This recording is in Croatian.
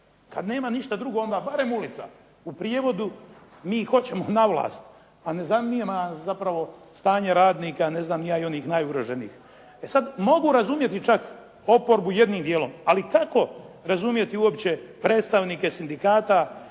kad nema ništa drugo, onda barem ulica. U prijevodu, mi hoćemo na vlast, a ne zanima nas zapravo stanje radnika, ne znam ni ja ni onih najugroženijih. E sad mogu razumjeti čak oporbu jednim dijelom, ali kako razumjeti uopće predstavnike sindikata